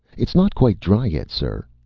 it's not quite dry yet, sir.